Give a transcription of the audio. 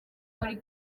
muri